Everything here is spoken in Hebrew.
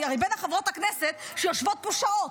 אני הרי בין חברות הכנסת שיושבות פה שעות.